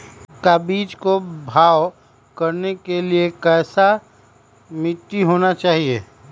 का बीज को भाव करने के लिए कैसा मिट्टी होना चाहिए?